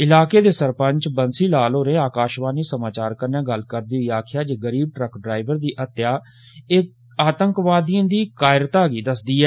इलाके दे सरपंच बंसी लाल होरें आकाशवाणी समाचार कन्नै गल्ल करदे होई आक्खेआ जे गरीब ट्रक डरैवर दी हत्याआतंकवादिएं दी इक कायरता गी दस्सदी ऐ